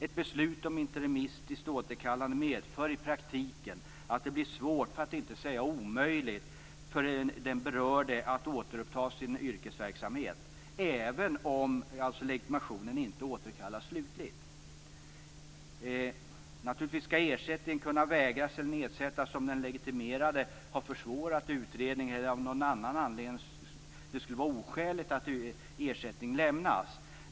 Ett beslut om interimistiskt återkallande medför i praktiken att det blir svårt, för att inte säga omöjligt, för den berörde att återuppta sin yrkesverksamhet, även om legitimationen inte slutligt återkallas. Naturligtvis skall ersättningen kunna vägras eller sättas ned om den legitimerade har försvårat utredningen eller om det av någon annan anledning skulle vara oskäligt att ersättning lämnas.